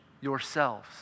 yourselves